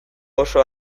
oso